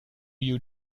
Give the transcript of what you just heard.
you